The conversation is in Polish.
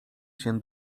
się